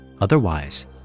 Otherwise